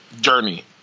journey